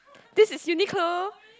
this is Uniqlo